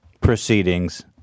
proceedings